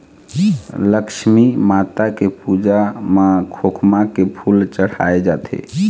लक्छमी माता के पूजा म खोखमा के फूल चड़हाय जाथे